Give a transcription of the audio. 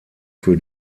für